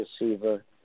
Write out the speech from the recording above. receiver